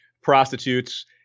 prostitutes